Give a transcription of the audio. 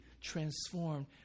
transformed